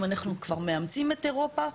אם אנחנו כבר מאמצים את אירופה,